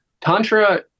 Tantra